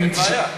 וזה לא משנה,